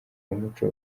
umuco